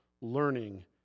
learning